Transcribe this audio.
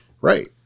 Right